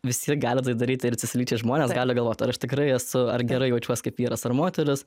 visi gali tai daryti ir cislyčiai žmonės gali galvot ar aš tikrai esu ar gerai jaučiuos kaip vyras ar moteris